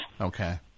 okay